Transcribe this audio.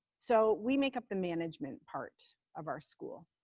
so we make up the management part of our school.